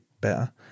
better